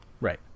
right